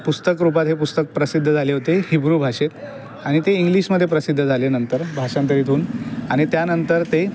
पुस्तकरूपात हे पुस्तक प्रसिद्ध झाले होते हिब्रु भाषेत आणि ते इंग्लिशमधे प्रसिद्ध झाले नंतर भाषांतरित होऊन आणि त्यानंतर ते